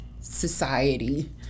society